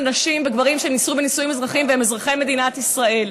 נשים וגברים שנישאו בנישואים אזרחיים והם אזרחי מדינת ישראל.